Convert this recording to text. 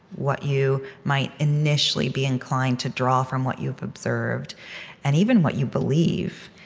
what you might initially be inclined to draw from what you've observed and even what you believe.